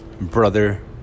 brother